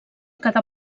cada